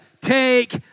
Take